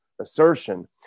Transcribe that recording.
assertion